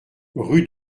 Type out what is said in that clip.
rue